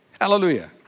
Hallelujah